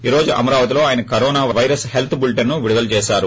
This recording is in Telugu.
ఈ రోజు అమరావతిలోఆయన కరోనా పైరస్ హెల్త్ బులెటిన్ను విడుదల చేశారు